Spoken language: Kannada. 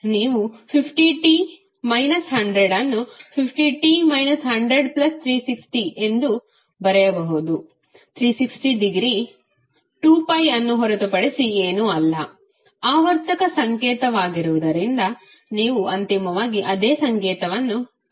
ಅಂತೆಯೇ ನೀವು 50t 100 ಅನ್ನು 50t 100360 ಎಂದು ಬರೆಯಬಹುದು 360 ಡಿಗ್ರಿ 2π ಅನ್ನು ಹೊರತುಪಡಿಸಿ ಏನೂ ಅಲ್ಲ ಆವರ್ತಕ ಸಂಕೇತವಾಗಿರುವುದರಿಂದ ನೀವು ಅಂತಿಮವಾಗಿ ಅದೇ ಸಂಕೇತವನ್ನು ಪಡೆಯುತ್ತೀರಿ